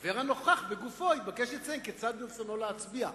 החבר הנוכח בגופו יתבקש לציין כיצד ברצונו להצביע.